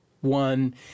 one